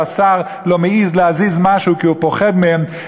כשהשר לא מעז להזיז משהו כי הוא פוחד מהם,